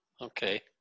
Okay